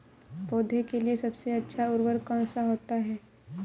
पौधे के लिए सबसे अच्छा उर्वरक कौन सा होता है?